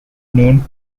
name